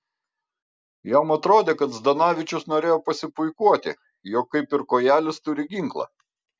jam atrodė kad zdanavičius norėjo pasipuikuoti jog kaip ir kojelis turi ginklą